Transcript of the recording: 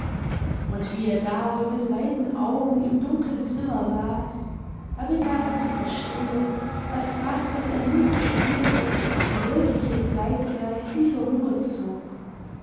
und wie er da so mit weiten augen im dunkeln zimmer saß da begann er zu verstehen daß das was er nun verspürte die wirkliche zeit sei die vorüberzog